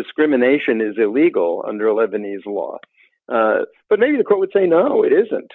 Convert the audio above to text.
discrimination is illegal under lebanese law but maybe the court would say no it isn't